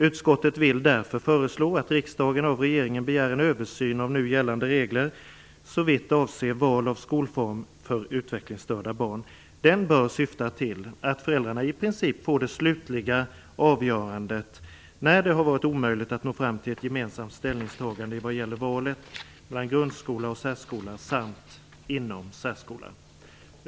Utskottet vill därför föreslå att riksdagen av regeringen begär en översyn av nu gällande regler såvitt avser val av skolform för utvecklingsstörda barn. Den bör syfta till att föräldrarna i princip får det slutliga avgörandet när det har varit omöjligt att nå fram till ett gemensamt ställningstagande i vad gäller valet mellan grundskola och särskola samt inom särskolan.